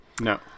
No